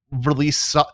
release